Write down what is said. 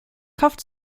kauft